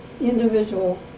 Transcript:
individual